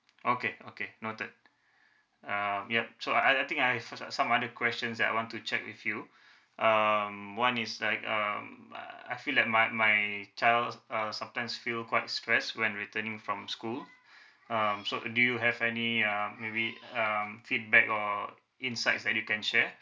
okay okay noted um yup so I I I think I saw some other questions that I want to check with you um one is like um I feel that my my child uh sometimes feel quite stress when returning from school um so do you have any uh maybe um feedback or insights that you can share